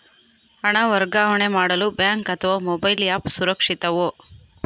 ಹಣ ವರ್ಗಾವಣೆ ಮಾಡಲು ಬ್ಯಾಂಕ್ ಅಥವಾ ಮೋಬೈಲ್ ಆ್ಯಪ್ ಸುರಕ್ಷಿತವೋ?